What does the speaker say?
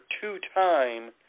two-time